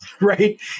right